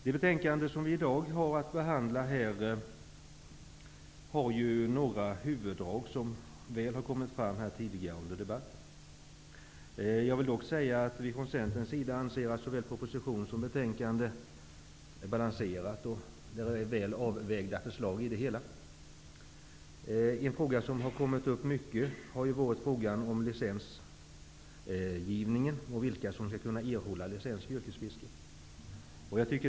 Det betänkande som vi i dag har att behandla har några huvuddrag som väl har kommit fram här tidigare i debatten. Jag vill dock säga att vi från Centerns sida anser att såväl propositionen som betänkandet är balanserade och innehåller väl avvägda förslag. En fråga som mycket har kommit upp är den om licensgivningen, dvs. vilka som skall erhålla licens i yrkesfisket.